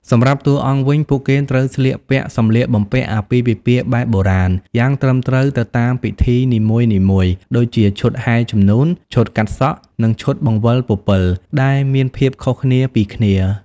សម្រាប់តួអង្គវិញ ពួកគេត្រូវស្លៀកពាក់ សម្លៀកបំពាក់អាពាហ៍ពិពាហ៍បែបបុរាណ យ៉ាងត្រឹមត្រូវទៅតាមពិធីនីមួយៗ ដូចជាឈុតហែរជំនូន ឈុតកាត់សក់ និងឈុតបង្វិលពពិល ដែលមានភាពខុសគ្នាពីគ្នា។